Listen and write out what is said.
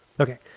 Okay